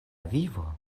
vivo